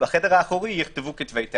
בחדר האחורי יכתבו כתבי טענות.